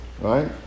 right